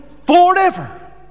forever